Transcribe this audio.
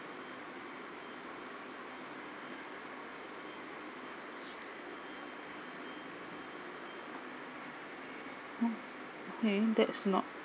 mm okay that's not